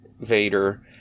Vader